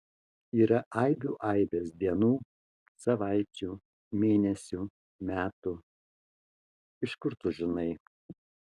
yra aibių aibės dienų savaičių mėnesių metų iš kur tu žinai